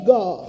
God